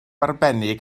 arbennig